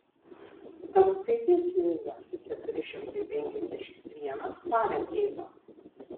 ar skaitei knygą keturi šimtai penkiasdešimt vienas farenheito